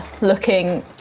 looking